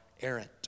errant